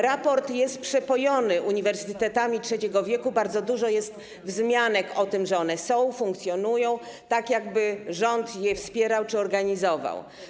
Raport jest przepojony informacjami o uniwersytetach trzeciego wieku, bardzo dużo jest wzmianek o tym, że one są, funkcjonują, tak jakby rząd je wspierał czy organizował.